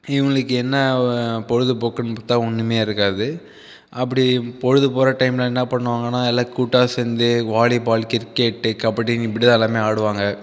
இவர்களுக்கு என்ன பொழுதுபோக்குன்னு பார்த்தா ஒன்றுமே இருக்காது அப்படி பொழுது போகிற டைமில் என்ன பண்ணுவாங்கன்னா எல்லாம் கூட்டாக சேர்ந்து வாலிபால் கிரிக்கெட் கபடி இப்படித்தான் எல்லோருமே ஆடுவாங்க